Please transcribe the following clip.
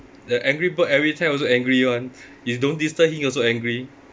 the angry bird every time also angry [one] if don't disturb him also angry